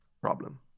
problem